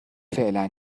فعلا